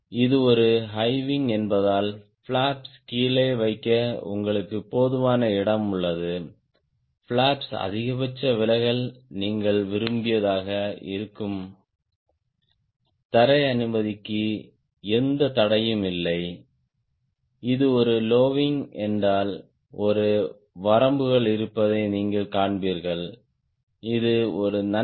இது ஒரு high wing என்பதால் பிளாப்ஸ் கீழே வைக்க உங்களுக்கு போதுமான இடம் உள்ளது பிளாப்ஸ் அதிகபட்ச விலகல் நீங்கள் விரும்பியதாக இருக்கும் தரை அனுமதிக்கு எந்த தடையும் இல்லை இது ஒரு லோ விங் என்றால் ஒரு வரம்புகள் இருப்பதை நீங்கள் காண்பீர்கள் இது ஒரு நன்மை